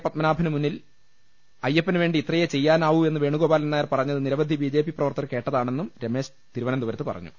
പത്മനാഭന് മുന്നിൽ വെച്ച് അയ്യപ്പനുവേണ്ടി ഇത്രയേ ചെയ്യാനാവൂ എന്ന് വേണുഗോപാലൻനായർ പറഞ്ഞത് നിരവധി ബിജെപി പ്രവർത്തകർ കേട്ടതാണെന്നും രമേശ് തിരുവനന്തപുരത്ത് പറഞ്ഞു